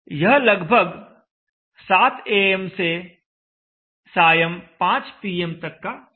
यह लगभग प्रातः 700 एएम am से सायं 500 पीएम pm तक का समय है